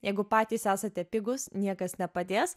jeigu patys esate pigūs niekas nepadės